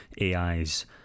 AI's